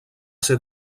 ser